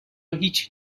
هیچ